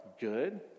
good